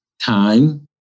time